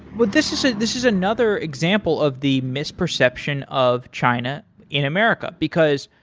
but this is ah this is another example of the misperception of china in america, because